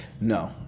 No